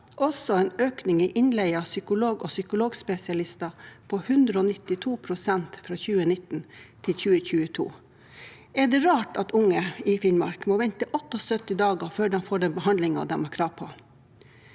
også en økning i innleie av psykologer og psykologspesialister på 192 pst. fra 2019 til 2022. Er det rart at unge i Finnmark må vente i 78 dager før de får den behandlingen de har krav på?